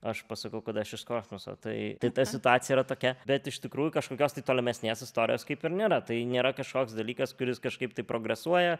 aš pasakau kad aš iš kosmoso tai ta situacija yra tokia bet iš tikrųjų kažkokios tai tolimesnės istorijos kaip ir nėra tai nėra kažkoks dalykas kuris kažkaip tai progresuoja